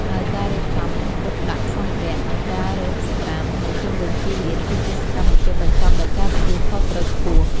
ហើយការរៀបចំទុកដាក់សម្ភារៈ និងការរើសសម្រាមនៅជុំវិញទីលាន គឺជាសកម្មភាពបញ្ចប់ដោយការទទួលខុសត្រូវខ្ពស់។